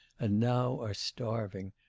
and now are starving.